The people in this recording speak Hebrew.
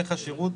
איך השירות?